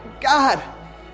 God